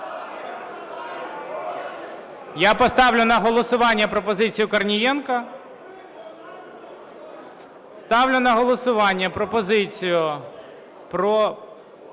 Я поставлю на голосування пропозицію Корнієнка. Ставлю на голосування пропозицію про